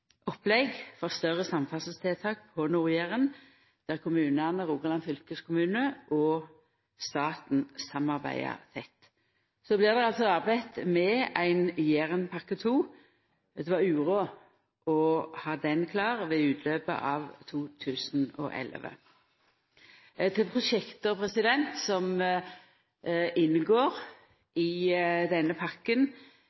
for større samferdselstiltak på Nord-Jæren, der kommunane, Rogaland fylkeskommune og staten samarbeider tett. Så blir det arbeidd med ei Jærenpakke 2. Det var uråd å ha ho klar ved utløpet av 2011. Prosjekt som inngår